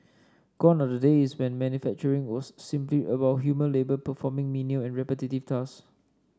gone are the days when manufacturing was simply about human labour performing menial and repetitive tasks